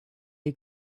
you